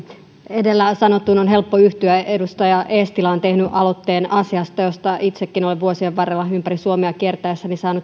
edellä sanottuun on helppo yhtyä edustaja eestilä on tehnyt aloitteen asiasta josta itsekin olen vuosien varrella ympäri suomea kiertäessäni saanut